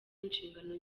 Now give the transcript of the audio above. inshingano